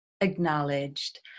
acknowledged